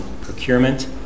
procurement